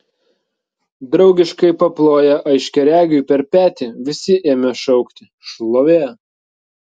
draugiškai paploję aiškiaregiui per petį visi ėmė šaukti šlovė